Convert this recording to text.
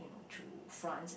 you know to France and